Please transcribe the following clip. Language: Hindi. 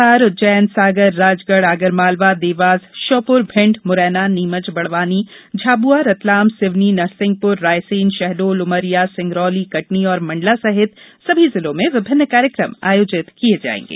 धार उज्जैन सागर राजगढ़ आगरमालवा देवास श्योपुर भिंड मुरैना नीमच बड़वानी झाबुआ रतलाम सिवनी नरसिंहपुर रायसेन शहडोल उमरिया सिंगरौली कटनी और मण्डला सहित सभी जिलों में विभिन्न कार्यक्रम आयोजित किये जाएगे